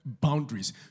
boundaries